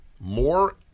more